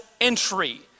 entry